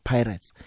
Pirates